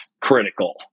critical